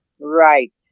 Right